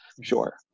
sure